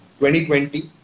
2020